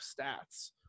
stats